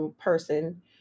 person